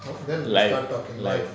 then we start talking live